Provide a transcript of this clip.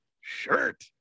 shirt